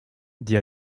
dit